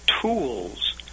tools